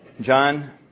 John